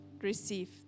receive